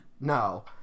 no